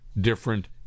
different